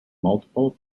multiple